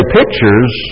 pictures